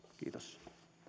kiitos